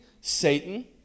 Satan